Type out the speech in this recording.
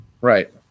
Right